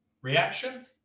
reaction